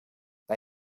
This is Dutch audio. wij